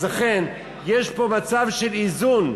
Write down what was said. לכן יש פה מצב של איזון.